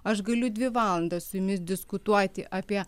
aš galiu dvi valandas su jumis diskutuoti apie